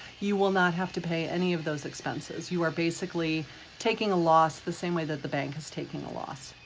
you will not have to pay any of those expenses. you are basically taking a loss the same way that the bank is taking a loss.